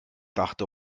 dachte